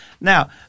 Now